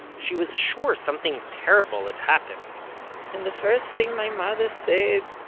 she was sure something terrible had happened and the first thing my mother said,